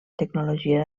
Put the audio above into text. tecnologia